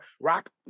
rock